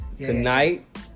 Tonight